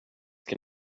can